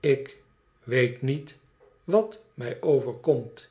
ik weet niet wat mij overkomt